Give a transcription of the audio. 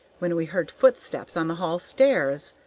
when we heard footsteps on the hall stairs.